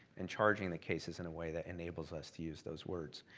and charging the cases in a way that enables us to use those words.